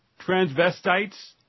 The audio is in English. Transvestites